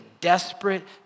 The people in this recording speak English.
desperate